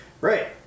Right